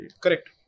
Correct